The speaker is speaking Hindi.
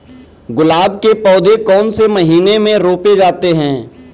गुलाब के पौधे कौन से महीने में रोपे जाते हैं?